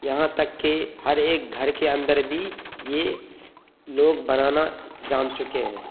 یہاں تک کہ ہر ایک گھر کے اندر بھی یہ لوگ بنانا جان چکے ہیں